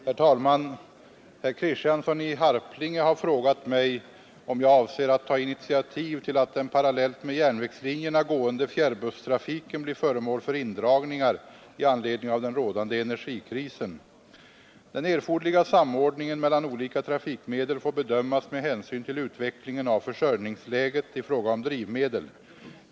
Herr talman! Herr Kristiansson i Harplinge har frågat mig om jag avser att ta initiativ till att den parallellt med järnvägslinjerna gående fjärrbusstrafiken blir föremål för indragningar i anledning av den rådande energikrisen. Den erforderliga samordningen mellan olika trafikmedel får bedömas med hänsyn till utvecklingen av försörjningsläget i fråga om drivmedel.